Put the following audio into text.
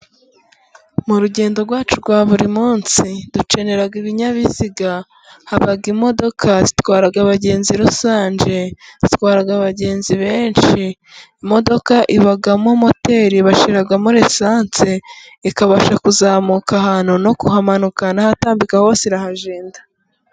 Mu rugendo rwacu rwa buri munsi dukenera ibinyabiziga. Haba imodoka zitwara abagenzi rusange, zitwara abagenzi benshi. Imodoka ibamo moteri bashyiramo risanse, ikabasha kuzamuka ahantu, no kuhamanuka, n'ahatambika hose irahagenda.